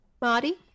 Marty